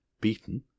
beaten